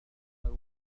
أكبر